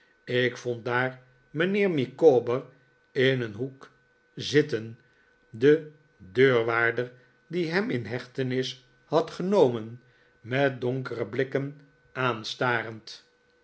ik vond daar mijnheer micawber in een hoek zitten den deurwaarder die hem in hechtenis had genomen met donkere blikken aanstarend